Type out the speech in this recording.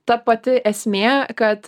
ta pati esmė kad